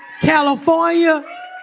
California